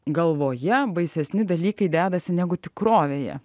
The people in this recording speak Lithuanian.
galvoje baisesni dalykai dedasi negu tikrovėje